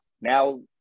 Now